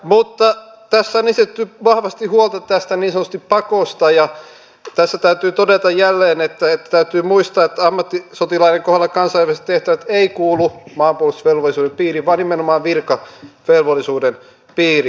mutta tässä on esitetty vahvasti huolta tästä niin sanotusta pakosta ja tässä täytyy todeta jälleen se että täytyy muistaa että ammattisotilaiden kohdalla kansainväliset tehtävät eivät kuulu maanpuolustusvelvollisuuden piiriin vaan nimenomaan virkavelvollisuuden piiriin